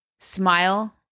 Smile